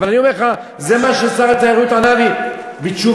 אבל זה מה ששר התיירות ענה לי בתשובתו.